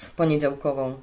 poniedziałkową